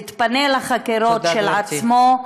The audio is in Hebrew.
יתפנה לחקירות של עצמו,